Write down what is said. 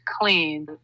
clean